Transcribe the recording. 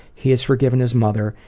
he has forgiven his mother,